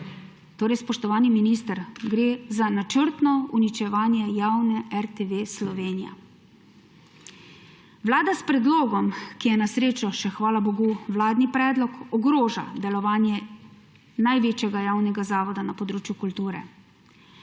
Torej, spoštovani minister, gre za načrtno uničevanje javne RTV Slovenija. Vlada s predlogom, ki je na srečo še, hvala bogu, vladni predlog, ogroža delovanja največjega javnega zavoda na področju kulture.